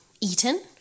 eaten